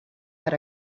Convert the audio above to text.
per